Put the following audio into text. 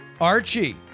Archie